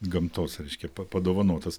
gamtos reiškia pa padovanotas